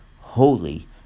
holy